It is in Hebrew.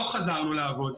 לא חזרנו לעבוד.